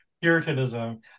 Puritanism